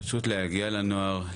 פשוט להגיע לנוער,